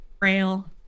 rail